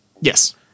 Yes